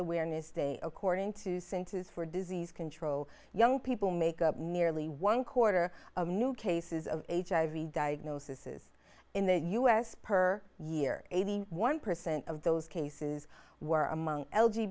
awareness day according to centers for disease control young people make up nearly one quarter of new cases of hiv diagnosis is in the u s per year eighty one percent of those cases were among